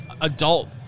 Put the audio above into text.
adult